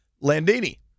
Landini